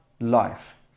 life